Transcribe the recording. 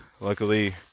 Luckily